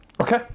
Okay